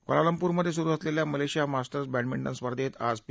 क्वालांलप्रमध्ये सुरू असलेल्या Malaysia masters badminton स्पर्धेत आज पी